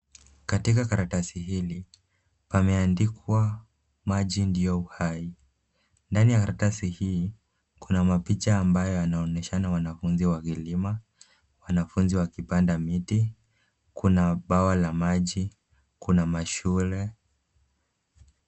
Katika karatasi hili pameandikwa maji ndio uhai. Ndani ya karatasi hii kuna mapicha ambayo yanaonyeshana wanafunzi wakilima, wanafunzi wakipanda miti, kuna bwawa la maji, kuna mashule.